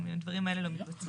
אם הדברים האלה לא מתבצעים.